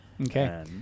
Okay